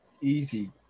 Easy